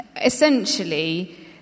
essentially